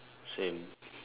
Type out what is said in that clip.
same